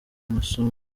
musamo